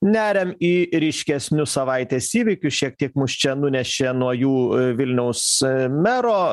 neriam į ryškesnius savaitės įvykius šiek tiek mus čia nunešė nuo jų vilniaus mero